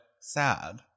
sad